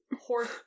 horse